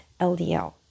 LDL